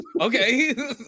okay